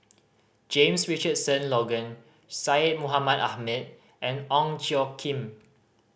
James Richardson Logan Syed Mohamed Ahmed and Ong Tjoe Kim